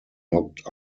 knocked